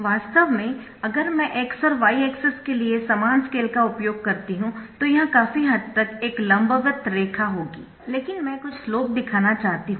वास्तव में अगर मैं X और Y एक्सिस के लिए समान स्केल का उपयोग करती हूं तो यह काफी हद तक एक लंबवत रेखा होगी लेकिन मैं कुछ स्लोप दिखाना चाहती हूं